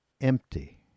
empty